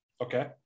Okay